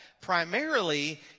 primarily